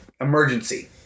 emergency